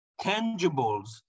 tangibles